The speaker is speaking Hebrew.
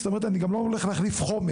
זאת אומרת, אני גם לא הולך להחליף חומר.